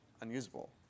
Unusable